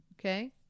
Okay